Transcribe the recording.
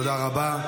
תודה רבה.